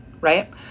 right